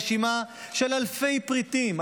רשימה של אלפי פריטים,